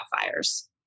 fires